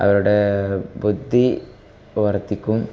അവരുടേ ബുദ്ധി പ്രവർത്തിക്കും